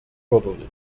förderlich